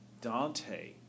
Dante